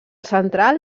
central